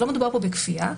לא מדובר כאן בכפייה.